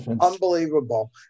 Unbelievable